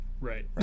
Right